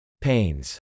Pains